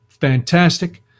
Fantastic